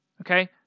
okay